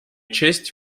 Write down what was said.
честь